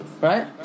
right